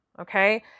Okay